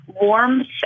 warmth